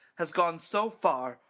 has gone so far,